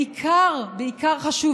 בעיקר בעיקר חשוב,